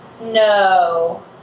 No